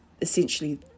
essentially